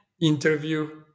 interview